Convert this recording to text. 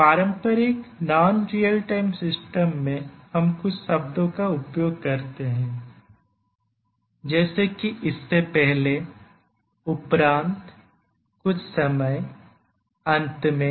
एक पारंपरिक non real time system में हम कुछ शब्दों का उपयोग करते हैं जैसे कि इससे पहलेउपरांत कुछ समय अंत में